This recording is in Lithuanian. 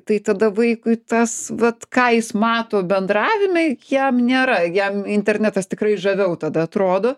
tai tada vaikui tas vat ką jis mato bendravime jam nėra jam internetas tikrai žaviau tada atrodo